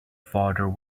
father